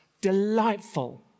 delightful